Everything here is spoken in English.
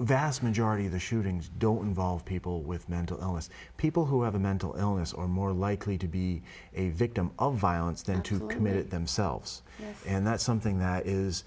vast majority of the shootings don't involve people with mental illness people who have a mental illness or more likely to be a victim of violence than to commit themselves and that's something that is